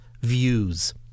views